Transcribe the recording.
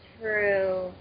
True